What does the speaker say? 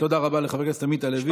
תודה רבה לחבר הכנסת עמית הלוי.